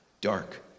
dark